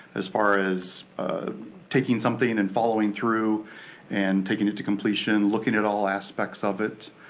as far as taking something and following through and taking it to completion, looking at all aspects of it.